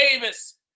Davis